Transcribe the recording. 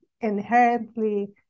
inherently